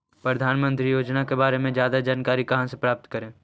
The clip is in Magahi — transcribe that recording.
प्रधानमंत्री योजना के बारे में जादा जानकारी कहा से प्राप्त करे?